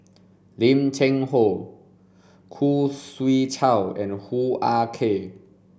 Lim Cheng Hoe Khoo Swee Chiow and Hoo Ah Kay